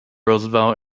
roosevelt